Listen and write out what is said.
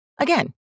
Again